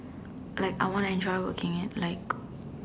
like I wanna enjoy working at like